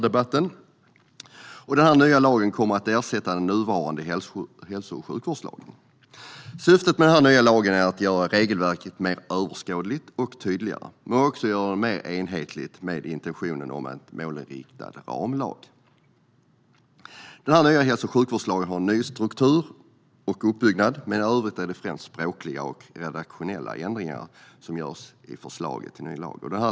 Den nya lagen kommer att ersätta nuvarande hälso och sjukvårdslag. Syftet med den nya lagen är att göra regelverket mer överskådligt och tydligt men också att göra den mer i enlighet med intentionen om en målinriktad ramlag. Den nya hälso och sjukvårdslagen har en ny struktur och uppbyggnad. I övrigt är det främst språkliga och redaktionella ändringar som gjorts i förslaget till ny lag.